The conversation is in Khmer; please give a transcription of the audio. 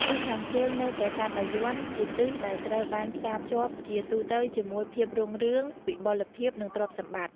ទិសខាងជើងនៃប្រាសាទបាយ័ន ជាទិសដែលត្រូវបានផ្សារភ្ជាប់ជាទូទៅជាមួយ ភាពរុងរឿង វិបុលភាព និងទ្រព្យសម្បត្តិ។